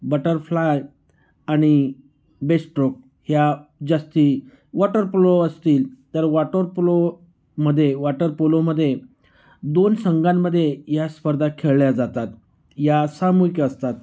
butterfly आणि breaststroke ह्या जास्त वॉटर पलो असतील तर वॉटोर पलो मध्ये वॉटर पोलोमध्ये दोन संघांमध्ये या स्पर्धा खेळल्या जातात या सामूहिक असतात